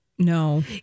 no